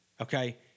okay